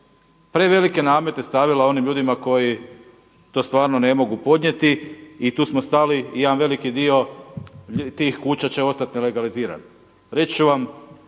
prevelike namete stavila onim ljudima koji to stvarno ne mogu podnijeti i tu smo stali, i jedan veliki dio tih kuća će ostati nelegaliziran. Reći ću vam